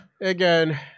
again